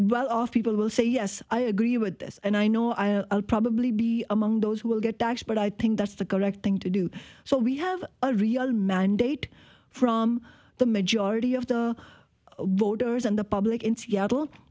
well off people will say yes i agree with this and i know i probably be among those who will get taxed but i think that's the correct thing to do so we have a real mandate from the majority of the boarders and the public in seattle